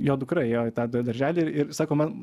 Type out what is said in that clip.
jo dukra ėjo į tą darželį ir ir sako man